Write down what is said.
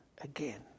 Again